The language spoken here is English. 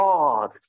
God